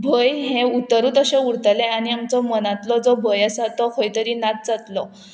भंय हें उतरूत अशें उरतलें आनी आमचो मनांतलो जो भंय आसा तो खंय तरी नाच जातलो